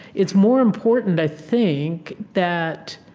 it's more important, i think, that